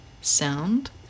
sound